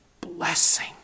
blessing